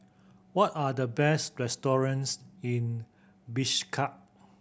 what are the best restaurants in Bishkek